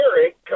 Eric